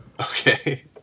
Okay